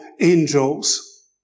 angels